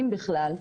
אם בכלל.